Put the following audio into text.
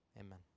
Amen